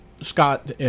Scott